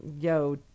yo